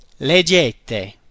leggete